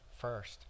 first